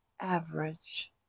average